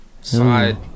side